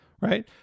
right